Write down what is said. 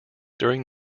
during